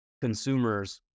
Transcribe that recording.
consumers